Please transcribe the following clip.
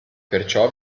perciò